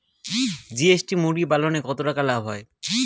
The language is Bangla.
জি.এস.টি মুরগি পালনে কতটা লাভ হয়?